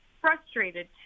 frustrated